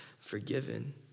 forgiven